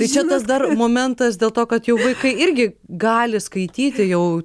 čia tas dar momentas dėl to kad jau vaikai irgi gali skaityti jau